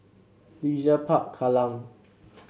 Leisure Park Kallang